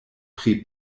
pri